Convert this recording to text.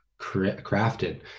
crafted